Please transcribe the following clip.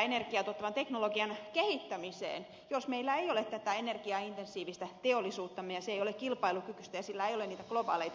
energiaa tuottavan teknologian kehittämiseen jos meillä ei ole tätä energiaintensiivistä teollisuuttamme eikä se ole kilpailukykyistä eikä sillä ole niitä globaaleita markkinoita